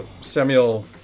Samuel